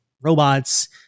robots